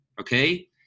okay